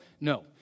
No